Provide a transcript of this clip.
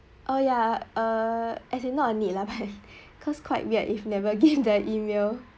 oh ya err actually no need lah cause quite weird if never give the email